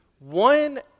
one